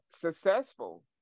successful